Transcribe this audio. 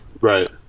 Right